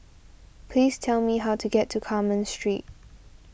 please tell me how to get to Carmen Street